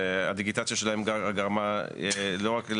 שהדיגיטציה שלהם גרמה לא רק,